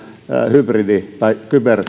hybridi tai